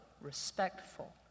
respectful